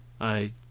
I